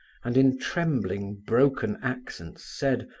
and in trembling, broken accents said,